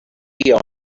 honest